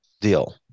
deal